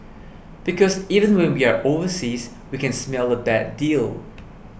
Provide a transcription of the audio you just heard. because even when we are overseas we can smell a bad deal